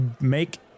make